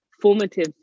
formative